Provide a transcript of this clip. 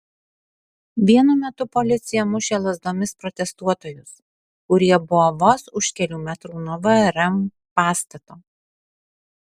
vienu metu policija mušė lazdomis protestuotojus kurie buvo vos už kelių metrų nuo vrm pastato